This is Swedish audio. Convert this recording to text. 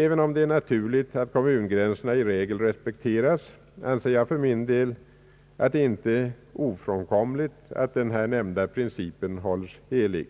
Även om det är naturligt att kommungränserna i regel resepekteras, anser jag för min del att det inte är ofrånkomligt att den nämnda principen hålles helig.